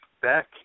Back